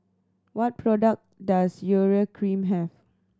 what product does Urea Cream have